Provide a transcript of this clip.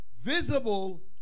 Visible